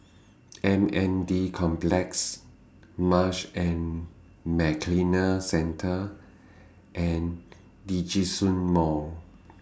M N D Complex Marsh and McLennan Centre and Djitsun Mall